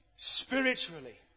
spiritually